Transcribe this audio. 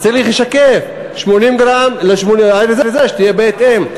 אז צריך לשקף ושהאריזה תהיה בהתאם.